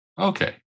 Okay